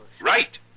Right